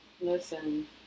Listen